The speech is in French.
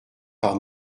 par